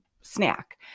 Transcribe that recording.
snack